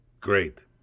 great